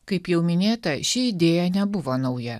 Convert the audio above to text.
kaip jau minėta ši idėja nebuvo nauja